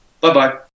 Bye-bye